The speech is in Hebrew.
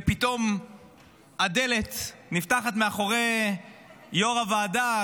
ופתאום הדלת נפתחת מאחורי יו"ר הוועדה,